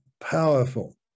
powerful